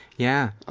yeah,